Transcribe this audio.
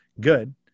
good